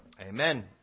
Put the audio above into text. Amen